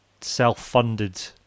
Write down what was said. self-funded